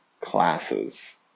classes